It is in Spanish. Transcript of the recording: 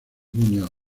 muñoz